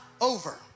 over